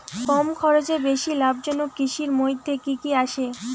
কম খরচে বেশি লাভজনক কৃষির মইধ্যে কি কি আসে?